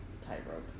tightrope